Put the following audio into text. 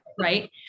right